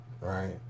right